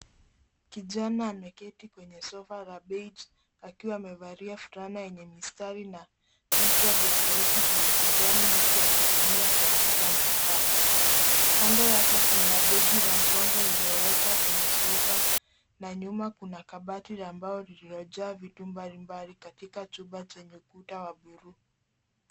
Kijana ameketi kwenye sofa la Beige akiwa amevalia fulana yenye mistari vichwa vya sauti vya kijani huku akitumia kompyuta mpakato. Kando yake kuna begi la mgongo lililowekwa kwenye sofa na nyuma kuna kabatila, bao lililojaa vitu mbalimbali katika chumba chenye kuta wa buluu.